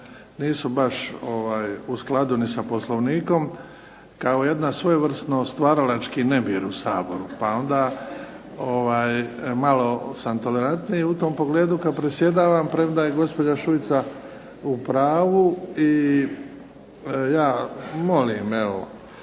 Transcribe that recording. nisu baš u skladu ni sa Poslovnikom, kao jedan svojevrsno stvaralački nemir u Saboru, pa onda malo sam tolerantniji u tom pogledu kada predsjedavam, premda je gospođa Šuica u pravu, pa ja molim eto.